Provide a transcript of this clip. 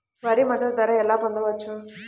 వరి మద్దతు ధర ఎలా పొందవచ్చు?